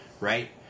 Right